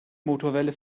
motorwelle